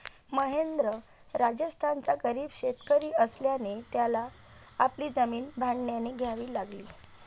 महेंद्र राजस्थानचा गरीब शेतकरी असल्याने त्याला आपली जमीन भाड्याने द्यावी लागली